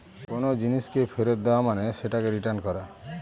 কোনো জিনিসকে ফেরত দেওয়া মানে সেটাকে রিটার্ন করা